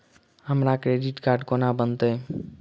हमरा credit card कोना बनतै?